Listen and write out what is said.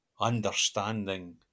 understanding